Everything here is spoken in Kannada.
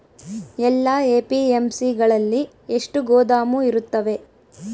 ಎಲ್ಲಾ ಎ.ಪಿ.ಎಮ್.ಸಿ ಗಳಲ್ಲಿ ಎಷ್ಟು ಗೋದಾಮು ಇರುತ್ತವೆ?